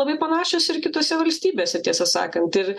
labai panašios ir kitose valstybėse tiesą sakant ir